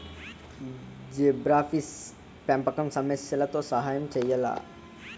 Zebrafish పెంపకం సమస్యలతో సహాయం చేయాలా?